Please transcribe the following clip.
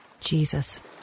Jesus